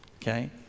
okay